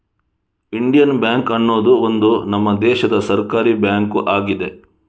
Indian bank ಅನ್ನುದು ಒಂದು ನಮ್ಮ ದೇಶದ ಸರ್ಕಾರೀ ಬ್ಯಾಂಕು ಆಗಿದೆ